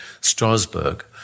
Strasbourg